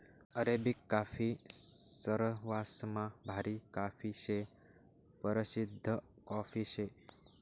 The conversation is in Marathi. अरेबिक काफी सरवासमा भारी काफी शे, परशिद्ध कॉफी शे